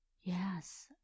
Yes